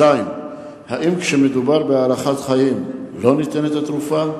2. האם כשמדובר בהארכת חיים לא ניתנת התרופה?